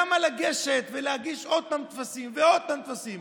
למה לגשת ולהגיש עוד פעם טפסים ועוד פעם טפסים?